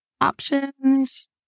Options